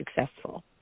successful